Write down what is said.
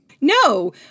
No